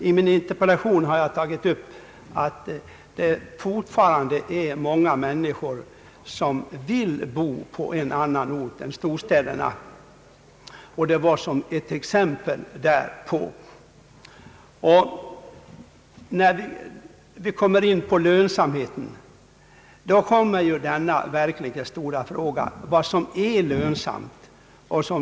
I min interpellation har jag emellertid tagit upp att många fortfarande vill bo på andra orter än storstäderna, och jag anförde exempel därpå. När vi kommer in på lönsamheten möter den verkligt stora frågan, vad som är lönsamt.